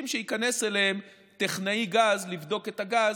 שייכנס אליהם טכנאי גז לבדוק את הגז,